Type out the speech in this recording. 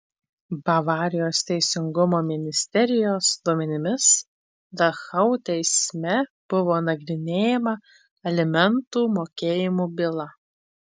bavarijos teisingumo ministerijos duomenimis dachau teisme buvo nagrinėjama alimentų mokėjimo byla